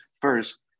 first